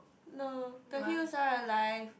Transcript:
no the hills are alive